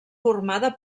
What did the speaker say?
formada